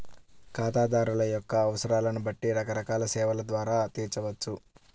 ఖాతాదారుల యొక్క అవసరాలను బట్టి రకరకాల సేవల ద్వారా తీర్చవచ్చు